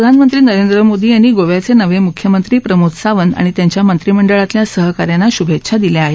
प्रधानमंत्री नरेंद्र मोदी यांनी गोव्याचे नवे मुख्यमंत्री प्रमोद सावंत आणि त्यांच्या मंत्रिमंडळातल्या सहका यांना शुभेच्छा दिल्या आहेत